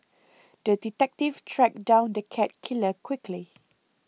the detective tracked down the cat killer quickly